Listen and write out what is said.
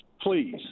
Please